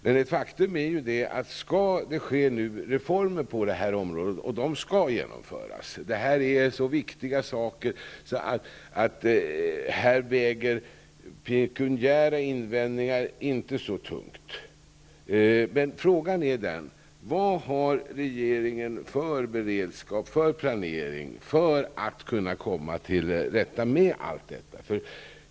Reformer skall genomföras på detta område. Detta är så viktiga saker att pekuniära invändningar inte väger så tungt. Men frågan är vilken beredskap regeringen har, vilka planer man har för att komma till rätta med allt detta.